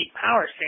power